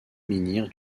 menhir